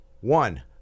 one